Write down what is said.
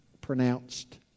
pronounced